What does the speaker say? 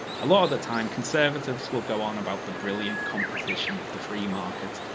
a lot of the time conservatives will go on, about the brilliant competition of the free market,